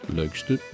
leukste